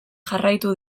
jarraitu